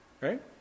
Right